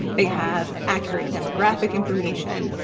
they have accurate demographic information.